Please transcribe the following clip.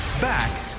Back